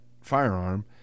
firearm